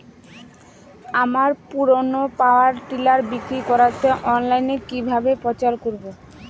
আমার পুরনো power tiller বিক্রি করাতে অনলাইনে কিভাবে প্রচার করব?